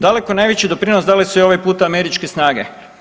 Daleko najveći doprinos dale su i ovaj puta američke snage.